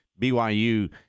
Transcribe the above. BYU